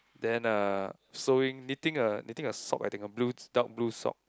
then uh sewing knitting a knitting a sock I think a blue dark blue sock